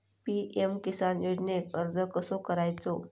PM Kisan योजनेक अर्ज कसो करायचो?